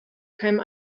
keinem